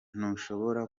ntushobora